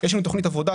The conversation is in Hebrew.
יש לנו תוכנית עבודה,